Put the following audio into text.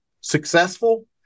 successful